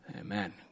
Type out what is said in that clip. Amen